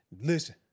Listen